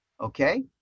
Okay